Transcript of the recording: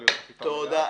תודה.